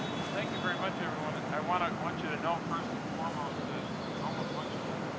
well, thank you very much everyone. and i want to i want you to know first and foremost that it's almost lunch time.